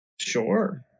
Sure